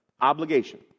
obligation